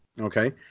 okay